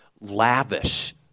lavish